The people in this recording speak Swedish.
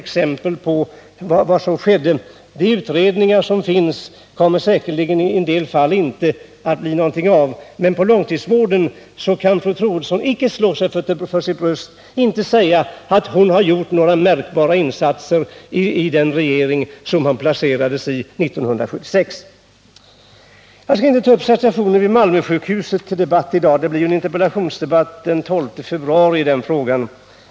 De utredningar som tillsattes kommer i en del fall säkerligen inte att resultera i någonting. I fråga om åtgärder på långtidsvårdens område kan fru Troedsson icke slå sig för sitt bröst. Hon kan icke säga att hon har gjort några märkbara insatser i den regering som hon placerades i 1976. Jag skall inte ta upp situationen vid Malmösjukhuset till debatt i dag. Det blir ju en interpellationsdebatt den 12 februari i den frågan.